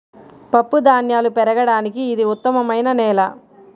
పప్పుధాన్యాలు పెరగడానికి ఇది ఉత్తమమైన నేల